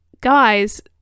guys